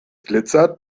glitzert